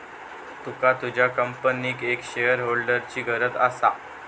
तुका तुझ्या कंपनीक एक शेअरहोल्डरची गरज असा